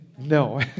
No